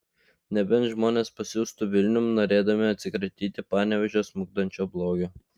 nebent žmonės pasiųstų vilniun norėdami atsikratyti panevėžio smukdančio blogio